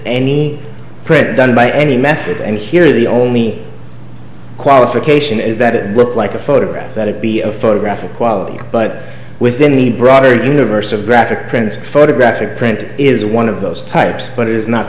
any print done by any method and here the only qualification is that it looks like a photograph that it be a photograph of quality but within the broader universe of graphic prints photographic print is one of those types but it is not